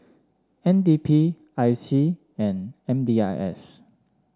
N D P I C and M D I S